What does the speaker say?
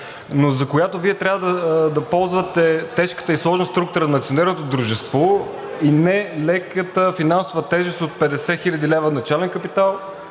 но за която Вие трябва да ползвате тежката и сложна структура на акционерното дружество и нелеката финансова тежест от 50 хил. лв. начален капитал,